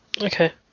Okay